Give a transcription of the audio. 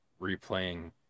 replaying